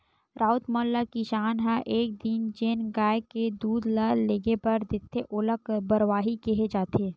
राउत मन ल किसान ह एक दिन जेन गाय के दूद ल लेगे बर देथे ओला बरवाही केहे जाथे